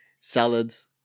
salads